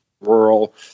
rural